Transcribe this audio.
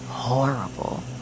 horrible